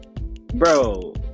bro